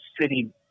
city